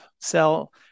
sell